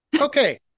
Okay